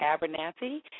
Abernathy